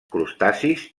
crustacis